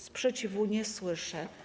Sprzeciwu nie słyszę.